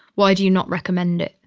why do you not recommend it?